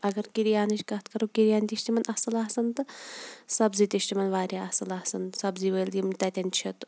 اگر کِریانٕچ کَتھ کَرو کِریان تہِ چھِ تِمَن اَصٕل آسان تہٕ سبزی تہِ چھِ تِمَن واریاہ اَصٕل آسان سبزی وٲلۍ یِم تَتٮ۪ن چھِ تہٕ